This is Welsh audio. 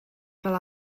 fel